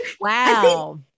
Wow